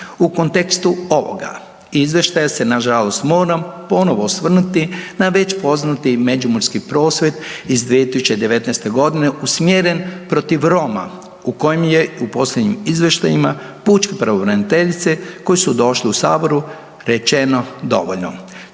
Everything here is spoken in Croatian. U kontekstu ovoga izvještaja se nažalost moram ponovo osvrnuti na već poznati Međimurski prosvjed iz 2019. godine usmjeren protiv Roma u kojem je u posljednjim izvještajima pučke pravobraniteljice koji su došli u saboru rečeno dovoljno.